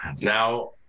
now